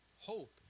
hope